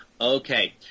Okay